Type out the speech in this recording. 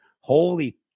holy